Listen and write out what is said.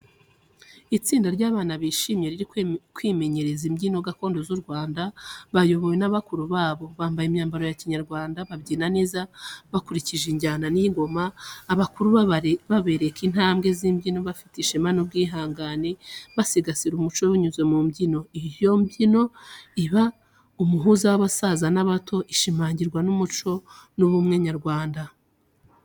Itsinda ry'abana bishimye riri kwimenyereza imbyino gakondo z’u Rwanda, bayobowe na bakuru babo. Bambaye imyambaro ya Kinyarwanda, babyina neza bakurikije injyana y’ingoma. Abakuru babereka intambwe z’imbyino bafite ishema n’ubwihangane, basigasira umuco binyuze mu mbyino. Iyo mbyino iba umuhuza w'abasaza n'abato, ishimangira umuco n’ubumwe nyarwanda.